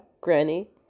Granny